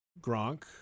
Gronk